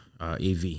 AV